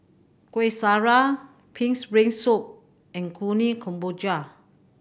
Kueh Syara Pig's Brain Soup and Kuih Kemboja